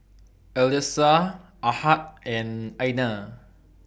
Alyssa Ahad and Aina